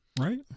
right